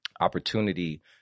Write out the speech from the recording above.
opportunity